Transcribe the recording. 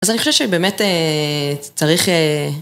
אז אני חושב שבאמת צריך.